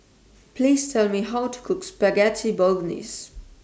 Please Tell Me How to Cook Spaghetti Bolognese